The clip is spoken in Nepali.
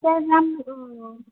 त्यहाँ राम्रो अँ